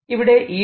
ഇവിടെ E